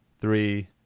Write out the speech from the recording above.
three